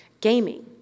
gaming